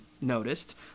noticed